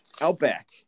Outback